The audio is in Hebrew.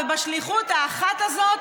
והשליחות האחת הזאת,